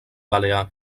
balear